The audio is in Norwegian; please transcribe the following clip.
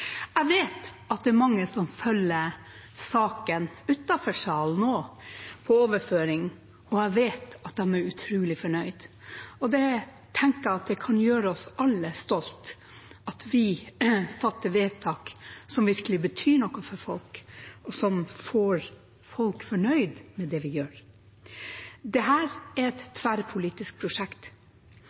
Jeg vet at det er mange som følger saken utenfor salen også, på overføring, og jeg vet at de er utrolig fornøyd. Det tenker jeg kan gjøre oss alle stolte: at vi fatter vedtak som virkelig betyr noe for folk, og som får folk fornøyd med det vi gjør. Dette er et tverrpolitisk prosjekt,